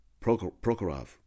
Prokhorov